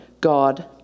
God